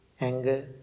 anger